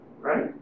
right